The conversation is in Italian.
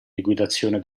liquidazione